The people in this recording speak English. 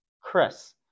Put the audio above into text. Chris